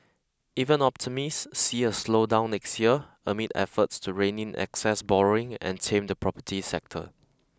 even optimist see a slowdown next year amid efforts to rein in excess borrowing and tame the property sector